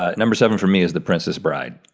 ah number seven for me is the princess bride.